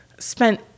spent